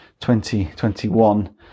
2021